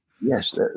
Yes